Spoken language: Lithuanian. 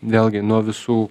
vėlgi nuo visų